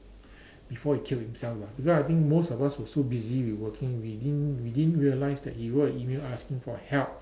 before he kill himself lah because I think most of us were so busy working with working we didn't realise we didn't realise that he wrote an email asking for help